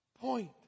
Point